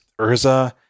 Urza